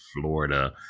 Florida